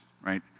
right